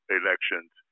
elections